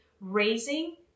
Raising